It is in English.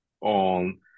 on